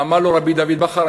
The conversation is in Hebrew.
אמר לו רבי דוד בכר,